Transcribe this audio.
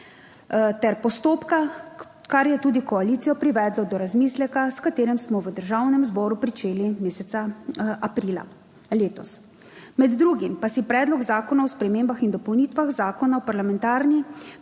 ter postopka, kar je tudi koalicijo privedlo do razmisleka, s katerim smo v Državnem zboru pričeli meseca aprila letos. Med drugim pa si Predlog zakona o spremembah in dopolnitvah Zakona o parlamentarni